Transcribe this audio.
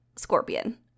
scorpion